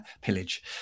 pillage